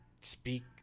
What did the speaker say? speak